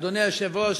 אדוני היושב-ראש,